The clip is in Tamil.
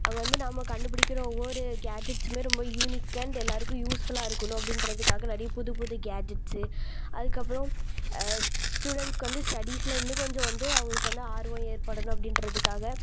அங்கே வந்து நாம் கண்டு பிடிக்கிற ஒவ்வொரு கேட்ஜெட்சுமே ரொம்ப யூனிக் அண்ட் எல்லாேருக்கும் யூஸ்ஃபுல்லாக இருக்கணும் அப்படின்றதுக்காக நிறைய புது புது கேட்ஜெட்ஸ்ஸு அதுக்கப்புறம் ஸ் ஸ்டூடெண்ட்ஸ்சுக்கு வந்து ஸ்டடீஸ்சில் இன்னும் கொஞ்சம் வந்து அவங்களுக்கு வந்து ஆர்வம் ஏற்படணும் அப்படின்றதுக்காக